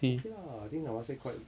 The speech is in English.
okay lah I think Temasek quite